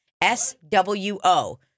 S-W-O